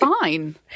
fine